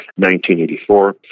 1984